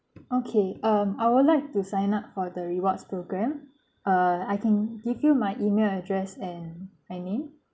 okay um I would like to sign up for the rewards program err I can give you my email address and my name